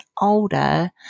older